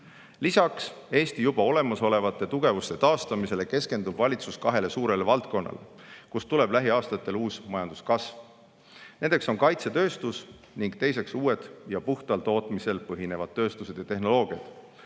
Lisaks Eesti juba olemasolevate tugevuste taastamisele keskendub valitsus kahele suurele valdkonnale, kust tuleb lähiaastatel uus majanduskasv. Nendeks on kaitsetööstus ning uued, puhtal tootmisel põhinevad tööstused ja tehnoloogiad.